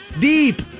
Deep